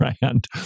brand